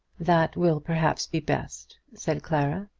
that will perhaps be best, said clara.